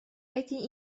эти